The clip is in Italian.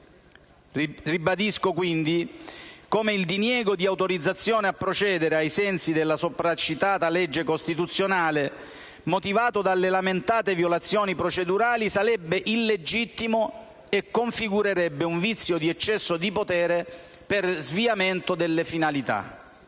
Ribadisco quindi come il diniego di autorizzazione a procedere, ai sensi della sopracitata legge costituzionale, motivato dalle lamentate violazioni procedurali, sarebbe illegittimo e configurerebbe un vizio di eccesso di potere per sviamento dalle finalità.